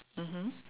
mmhmm